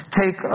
take